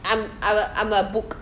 I'm I'm I'm a book